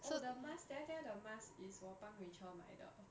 oh the mask did I tell you the mask is 我帮 rachel 买的